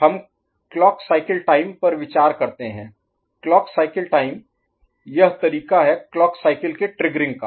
हम clock cycle time पर विचार करते हैं क्लॉक साइकिल टाइम यह तरीका है क्लॉक साइकिल के ट्रिग्गरिंग का